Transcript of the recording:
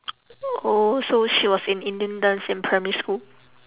oh so she was in indian dance in primary school